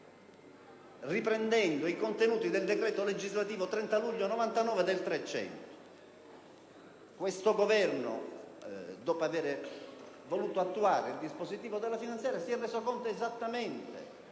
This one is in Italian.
riprendendo i contenuti del decreto legislativo 30 luglio 1999, n. 300. Questo Governo, dopo aver dovuto attuare il dispositivo della finanziaria, si è reso conto esattamente